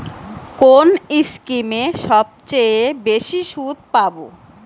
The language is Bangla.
কোন স্কিমে সবচেয়ে বেশি সুদ পাব?